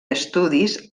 estudis